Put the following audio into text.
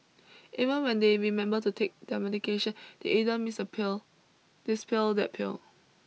even when they remember to take their medication they either miss a pill this pill that pill